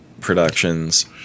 Productions